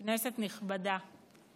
כנסת נכבדה,